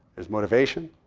there's motivation.